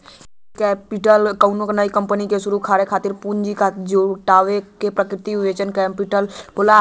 venture capital कउनो नई company के शुरू करे खातिर पूंजी क जुटावे क प्रक्रिया वेंचर कैपिटल होला